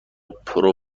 پرو